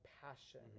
passion